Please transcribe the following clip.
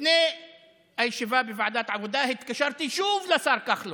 לפני הישיבה בוועדת עבודה התקשרתי שוב לשר כחלון,